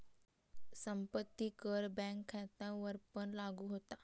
संपत्ती कर बँक खात्यांवरपण लागू होता